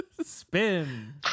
Spin